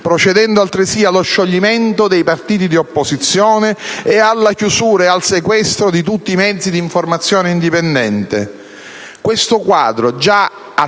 procedendo altresì allo scioglimento dei partiti di opposizione e alla chiusura e al sequestro di tutti i mezzi d'informazione indipendenti. Questo quadro, già a tinte